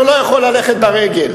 הוא לא יכול ללכת ברגל.